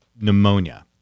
pneumonia